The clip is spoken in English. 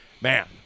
man